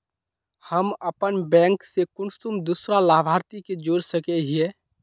हम अपन बैंक से कुंसम दूसरा लाभारती के जोड़ सके हिय?